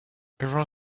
ever